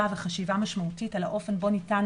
וחשיבה משמעותית על האופן באמת בו ניתן,